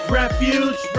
refuge